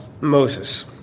Moses